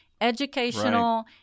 educational